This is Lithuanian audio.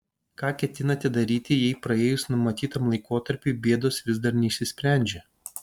ką ketinate daryti jei praėjus numatytam laikotarpiui bėdos vis dar neišsisprendžia